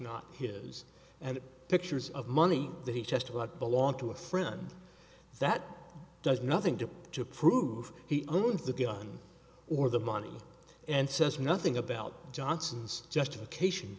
not his and pictures of money that he testified belonged to a friend that does nothing to to prove he owns the gun or the money and says nothing about johnson's justification